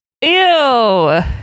Ew